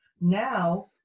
Now